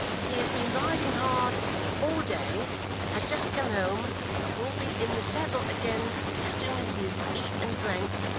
he has been riding hard all day has just come home but will be in the saddle again as soon as he has eat and drank,